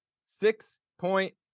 six-point